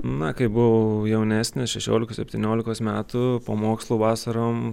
na kai buvau jaunesnis šešiolikos septyniolikos metų po mokslų vasarom